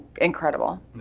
incredible